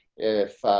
if